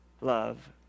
love